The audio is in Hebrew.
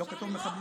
לא כתוב מחבלים?